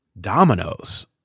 dominoes